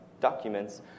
documents